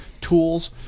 tools